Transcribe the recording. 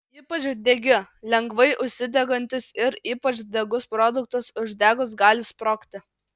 ypač degi lengvai užsidegantis ir ypač degus produktas uždegus gali sprogti